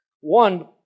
One